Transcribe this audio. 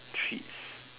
treats